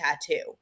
tattoo